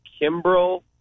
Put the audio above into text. Kimbrell